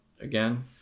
again